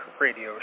radio